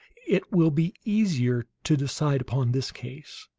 it will be easier to decide upon this case.